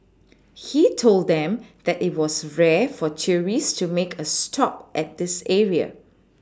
he told them that it was rare for tourists to make a stop at this area